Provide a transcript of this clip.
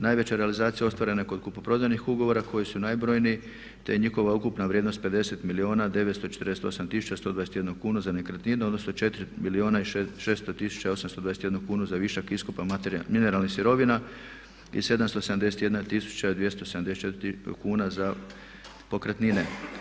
Najveća realizacija ostvarena je kod kupoprodajnih ugovora koji su najbrojniji te je njihova ukupna vrijednost 50 milijuna 948 tisuća i 121 kunu za nekretnine odnosno 4 milijuna i 600 tisuća 821 kunu za višak iskopa mineralnih sirovina i 771 tisuća 274 kune za pokretnine.